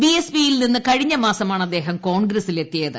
ബിഎസ്പിയിൽ നിന്ന് കഴിഞ്ഞ മാസമാണ് അദ്ദേഹം കോൺഗ്രസിൽ എത്തിയത്